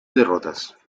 derrotas